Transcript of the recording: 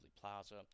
Plaza